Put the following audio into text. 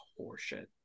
horseshit